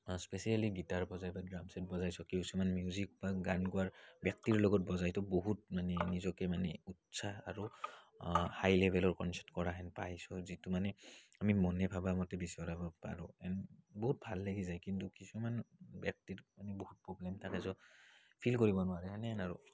specially guitar বজাই বা drum set বজাইছোঁ কিছুমান মিউজিক বা গান গোৱাৰ ব্যক্তিৰ লগত বজাইছোঁ বহুত মানে নিজকে মানে উৎসাহ আৰু হাই লেভেলৰ কনচাৰ্ট কৰাহেন পাইছোঁ যিটো মানে আমি মনে ভাবা মতে বিচৰাব পাৰোঁ বহুত ভাল লাগি যায় কিন্তু কিছুমান ব্যক্তিত মানে বহুত প্ৰব্লেম থাকে য'ত ফিল কৰিব নোৱাৰে এনে আৰু